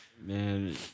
Man